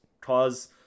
cause